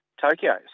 Tokyo